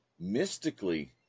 mystically